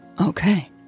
Okay